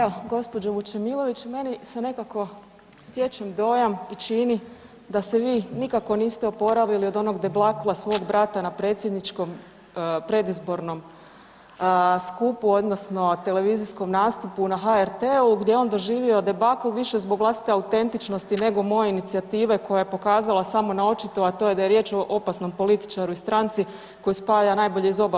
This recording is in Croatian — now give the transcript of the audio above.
Evo, gospođo Vučemilović meni se nekako, stječem dojam i čini da se vi nikako niste oporavili od onog debakla svog brata na predsjedničkom predizbornom skupu odnosno televizijskom nastupu na HRT-u gdje je on doživio debakl više zbog vlastite autentičnosti nego moje inicijative koja je pokazala samo na očito, a to je da je riječ o opasnom političaru i stranci koji spaja najbolje iz oba